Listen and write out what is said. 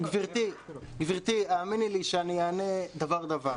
גבירתי, האמיני לי שאני אענה דבר-דבר.